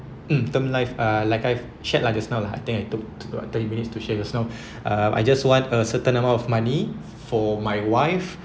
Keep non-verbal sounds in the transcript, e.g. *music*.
mm term life uh like I've shared lah just now lah I think I took like thirty minutes to share just now *breath* uh I just want a certain amount of money for my wife